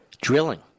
drilling